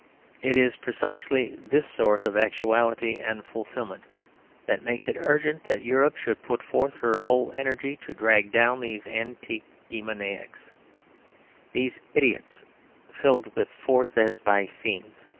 it is precisely this sort of actuality and fulfilment that makes it urgent that europe should put forth her whole energy to drag down these antique demoniacs these idiots filled with force as by fiends.